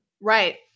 Right